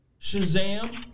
Shazam